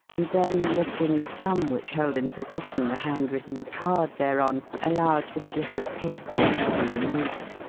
and then, lifting the thumb which held in position the hand-written card thereon, allowed the slip of pasteboard to be removed.